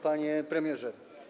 Panie Premierze!